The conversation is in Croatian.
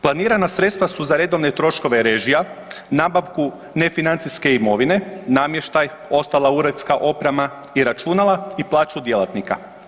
Planirana sredstva su za redovne troškove režija, nabavku nefinancijske imovine, namještaj, ostala uredska oprema i računala i plaću djelatnika.